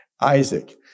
Isaac